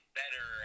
better